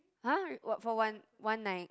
!huh! what for one one night